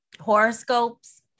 horoscopes